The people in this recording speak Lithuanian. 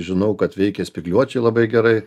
žinau kad veikia spygliuočiai labai gerai